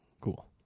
cool